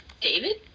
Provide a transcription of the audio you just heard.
David